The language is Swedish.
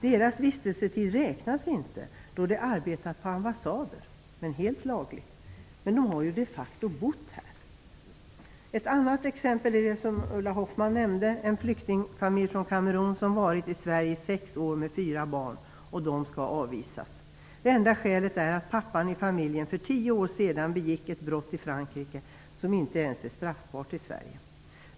Deras vistelsetid räknas inte då de arbetat på ambassaden, helt lagligt. Men de har de facto bott här. Ett annat exempel är det som Ulla Hoffmann nämnde, nämligen en flyktingfamilj från Kamerun som varit i Sverige sex år med fyra barn. De skall avvisas. Det enda skälet är att pappan i familjen för tio sedan begick ett brott i Frankrike som inte ens är straffbart i Sverige.